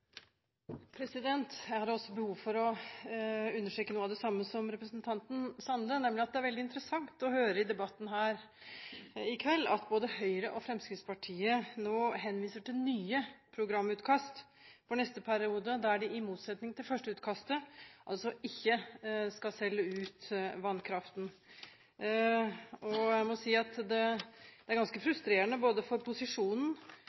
minutt. Jeg har også behov for å understreke noe av det samme som representanten Sande, nemlig at det er veldig interessant å høre i debatten her i kveld at både Høyre og Fremskrittspartiet nå henviser til nye programutkast for neste periode, der de i motsetning til førsteutkastet ikke skal selge ut vannkraften. Jeg må si at det er ganske frustrerende for posisjonen,